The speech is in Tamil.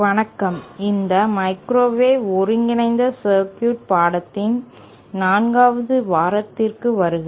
வணக்கம் இந்த மைக்ரோவேவ் ஒருங்கிணைந்த சர்க்யூட் பாடத்தின் 4 வது வாரத்திற்கு வருக